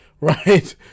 Right